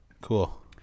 Cool